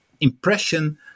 impression